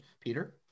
Peter